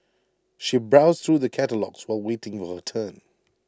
she browsed through the catalogues while waiting for her turn